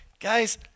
Guys